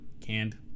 canned